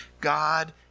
God